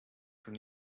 from